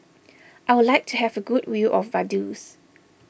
I would like to have a good view of Vaduz